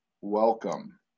welcome